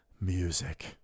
music